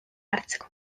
hartzeko